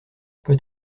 peut